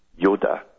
Yoda